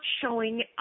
showing